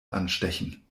anstechen